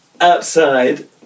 outside